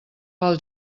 pel